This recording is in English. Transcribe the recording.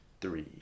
three